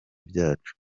byacu